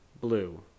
blue